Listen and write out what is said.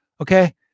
okay